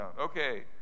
Okay